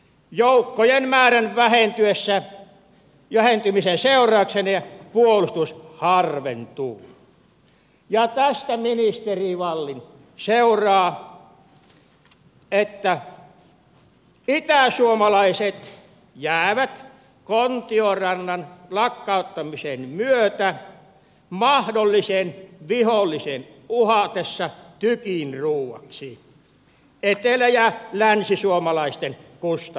joukkojen määrän vähentymisen seurauksena puolustus harventuu ja tästä ministeri wallin seuraa että itäsuomalaiset jäävät kontiorannan lakkauttamisen myötä mahdollisen vihollisen uhatessa tykinruuaksi etelä ja länsisuomalaisten kustannuksella